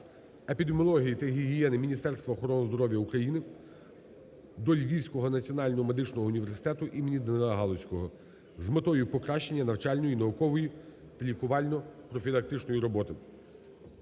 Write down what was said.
епідеміології та гігієни Міністерства охорони здоров'я України" до Львівського національного медичного університету імені Данила Галицького з метою покращення навчальної, наукової та лікувально-профілактичної роботи.